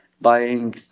buying